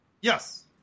Yes